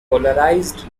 polarized